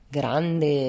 grande